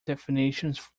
definitions